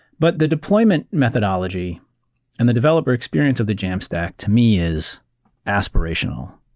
but the deployment methodology and the developer experience of the jamstack to me is aspirational.